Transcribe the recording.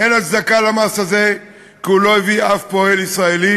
אין הצדקה למס הזה כי הוא לא הביא אף פועל ישראלי.